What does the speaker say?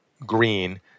green